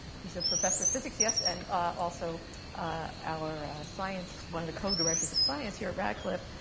who's a professor of physics, yes. and also our science one of the co-directors of science here at radcliffe.